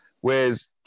Whereas